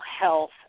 health